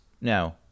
no